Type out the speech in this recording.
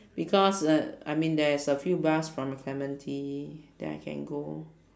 because uh I mean there's a few bus from clementi that I can go